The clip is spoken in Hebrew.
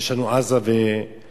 יש לנו עזה ומצרים,